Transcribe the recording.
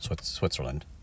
Switzerland